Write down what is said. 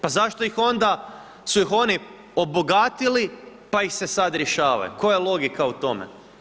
Pa zašto ih onda su ih oni obogatili pa ih se sada rješavaju koja je logika u tome?